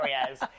areas